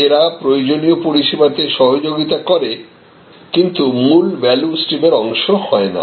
এরা প্রয়োজনীয় পরিষেবাতে সহযোগিতা করে কিন্তু মূল ভ্যালু স্ট্রিমের অংশ হয় না